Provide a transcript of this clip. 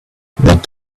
not